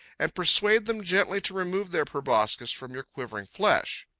and persuade them gently to remove their proboscides from your quivering flesh.